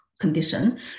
condition